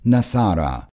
Nasara